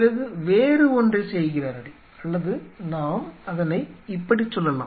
பிறகு வேறு ஒன்றை செய்கிறார்கள் அல்லது நாம் அதனை இப்படி சொல்லலாம்